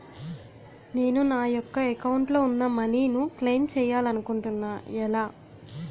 నేను నా యెక్క అకౌంట్ లో ఉన్న మనీ ను క్లైమ్ చేయాలనుకుంటున్నా ఎలా?